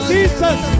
Jesus